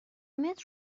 متر